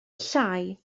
llai